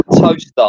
Toaster